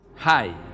Hi